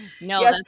No